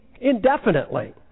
indefinitely